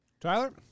Tyler